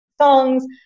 songs